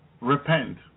repent